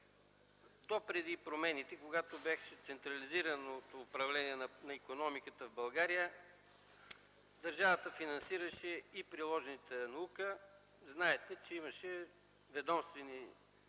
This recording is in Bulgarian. Допреди промените, докато беше централизираното управление на икономиката в България, държавата финансираше и приложната наука. Имаше ведомствени